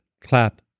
clap